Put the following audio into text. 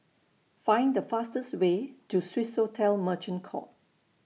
Find The fastest Way to Swissotel Merchant Court